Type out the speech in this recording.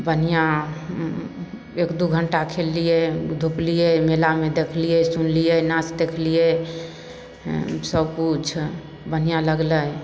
बढ़िआँ एक दुइ घण्टा खेललिए धुपलिए मेलामे देखलिए सुनलिए नाच देखलिए सबकिछु बढ़िआँ लागलै